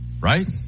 Right